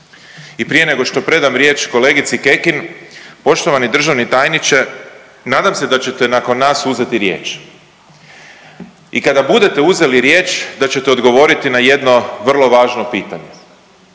I prije nego što predam riječ kolegici Kekin, poštovani državni tajniče nadam se da ćete nakon nas uzeti riječ. I kada budete uzeli riječ da ćete odgovorili na jedno vrlo važno pitanje.